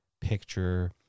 picture